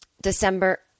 December